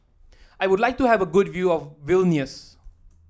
I would like to have a good view of Vilnius